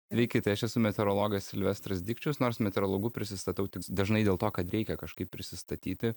sveiki tai aš esu meteorologas silvestras dikčius nors meteorologu prisistatau tik dažnai dėl to kad reikia kažkaip prisistatyti